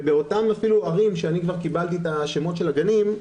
באותן ערים שקיבלתי את השמות של הגנים,